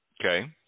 Okay